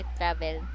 travel